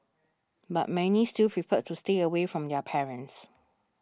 but many still preferred to stay away from their parents